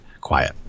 quiet